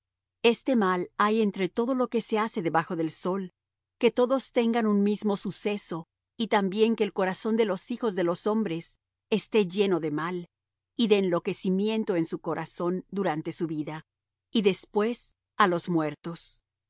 este mal hay entre todo lo que se hace debajo del sol que todos tengan un mismo suceso y también que el corazón de los hijos de los hombres esté lleno de mal y de enloquecimiento en su corazón durante su vida y después á los muertos